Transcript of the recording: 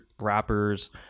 rappers